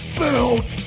built